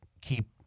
keep